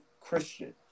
christian